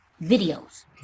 videos